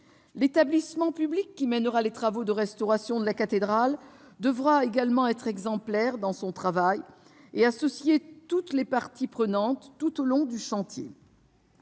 L'établissement public qui mènera les travaux de restauration de la cathédrale devra également être exemplaire dans son travail et associer l'ensemble des parties prenantes, tout au long du chantier.